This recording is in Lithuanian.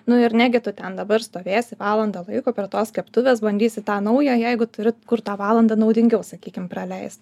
nu ir negi tu ten dabar stovėsi valandą laiko prie tos keptuvės bandysi tą naują jeigu turi kur tą valandą naudingiau sakykim praleist